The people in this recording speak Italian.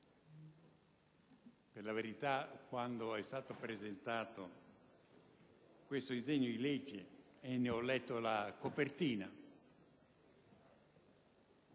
Per la verità, quando è stato presentato questo disegno di legge e ne ho letto il titolo: